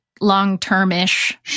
long-term-ish